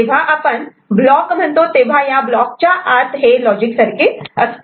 तेव्हा आपण ब्लॉक म्हणतो तेव्हा त्या ब्लॉकच्या आत हे लॉजिक सर्किट असते